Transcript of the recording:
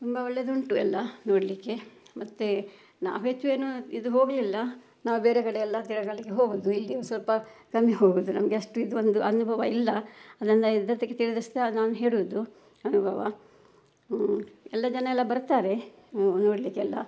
ತುಂಬ ಒಳ್ಳೆಯದುಂಟು ಎಲ್ಲ ನೋಡಲಿಕ್ಕೆ ಮತ್ತು ನಾವು ಹೆಚ್ಚು ಏನೂ ಇದು ಹೋಗಲಿಲ್ಲ ನಾವು ಬೇರೆ ಕಡೆಯೆಲ್ಲ ತಿರುಗಾಡಲಿಕ್ಕೆ ಹೋಗುವುದು ಇಲ್ಲಿ ಸ್ವಲ್ಪ ಕಮ್ಮಿ ಹೋಗುವುದು ನಮ್ಗೆ ಅಷ್ಟು ಇದು ಒಂದು ಅನುಭವಯಿಲ್ಲ ಆದ್ದರಿಂದ ತಿಳಿದಷ್ಟು ನಾನು ಹೇಳುವುದು ಅನುಭವ ಎಲ್ಲ ಜನಯೆಲ್ಲ ಬರ್ತಾರೆ ನೋಡಲಿಕ್ಕೆ ಎಲ್ಲ